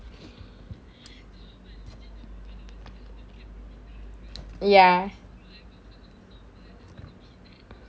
ya